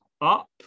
up